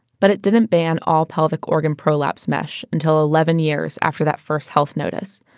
but it didn't ban all pelvic organ prolapse mesh until eleven years after that first health notice,